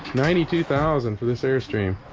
ninety-two thousand for this airstream